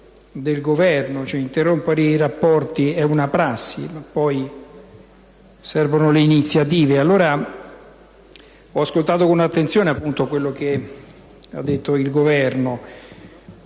del Governo. Interrompere i rapporti è una prassi, ma poi servono le iniziative. Ho ascoltato con attenzione quello che ha detto il Governo